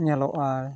ᱧᱮᱞᱚᱜ ᱟᱭ